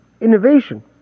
innovation